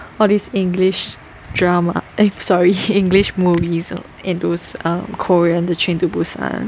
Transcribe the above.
all this English drama eh sorry English movies and those um Korean the Train to Busan